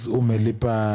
umelipa